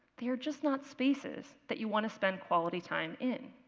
they're just not spaces that you want to spend quality time in.